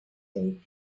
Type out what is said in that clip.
bacon